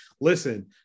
listen